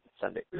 Sunday